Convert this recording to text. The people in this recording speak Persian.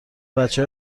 بچه